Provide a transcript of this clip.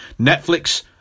Netflix